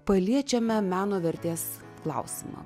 paliečiame meno vertės klausimą